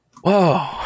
whoa